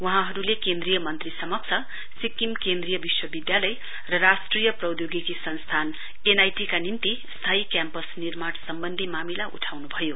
वहाँहरूले केन्द्रीय मन्त्री समक्ष सिक्किम केन्द्रीय विश्वविद्यालय र राष्ट्रिय प्रौद्योगिकी संस्थान एनआईटी का निम्ति स्थायी क्याम्पस निर्माण सम्वन्धी मामिला उठाउनु भयो